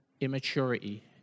immaturity